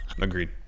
Agreed